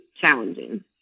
challenging